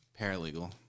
paralegal